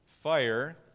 fire